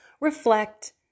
reflect